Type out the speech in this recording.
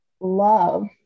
love